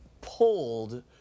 pulled